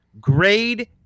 grade